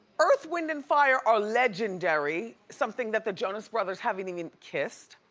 earth, wind and fire are legendary, something that the jonas brothers haven't even kissed.